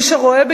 מי שרואה,